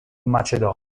macedonia